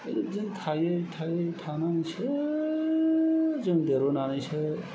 बिदिनो थायै थायै थानानैसो जों देरबोनानैसो